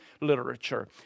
literature